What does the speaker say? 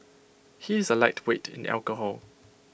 he is A lightweight in alcohol